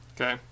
Okay